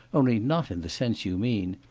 only not in the sense you mean.